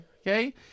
okay